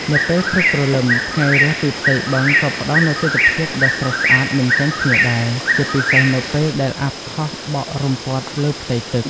នៅពេលព្រឹកព្រលឹម ថ្ងៃរះពីផ្ទៃបឹងក៏ផ្ដល់នូវទិដ្ឋភាពដ៏ស្រស់ស្អាតមិនចាញ់គ្នាដែរ ជាពិសេសនៅពេលដែលអ័ព្ទហោះបក់រុំព័ទ្ធលើផ្ទៃទឹក។